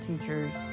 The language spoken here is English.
teachers